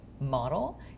model